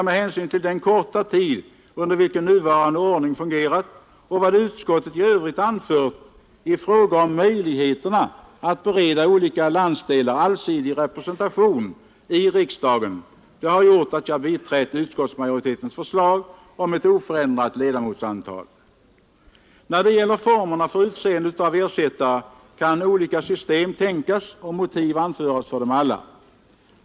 Med hänsyn till den korta tid under vilken nuvarande ordning fungerat och till vad utskottet i övrigt anfört i fråga om möjligheterna att bereda olika landsdelar allsidig representation i riksdagen har jag biträtt utskottsmajoritetens förslag om ett oförändrat ledamotsantal. När det gäller formerna för utseende av ersättare kan olika system tänkas och motiv anföras för dem alla.